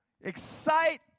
excite